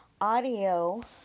audio